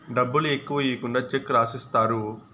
డబ్బులు ఎక్కువ ఈకుండా చెక్ రాసిత్తారు